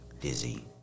Dizzy